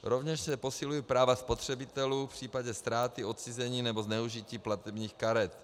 Rovněž se posilují práva spotřebitelů v případě ztráty, odcizení, nebo zneužití platebních karet.